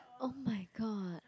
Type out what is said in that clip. oh-my-god